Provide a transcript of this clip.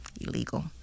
illegal